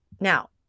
Now